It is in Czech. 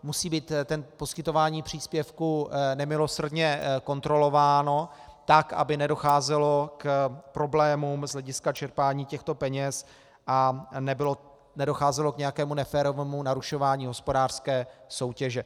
Musí být poskytování příspěvku nemilosrdně kontrolováno, tak aby nedocházelo k problémům z hlediska čerpání těchto peněz a nedocházelo k nějakému neférovému narušování hospodářské soutěže.